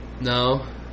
No